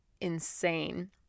insane